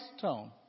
tone